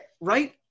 Right